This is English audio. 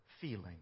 feeling